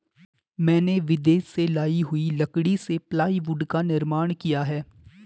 मैंने विदेश से लाई हुई लकड़ी से प्लाईवुड का निर्माण किया है